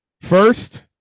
First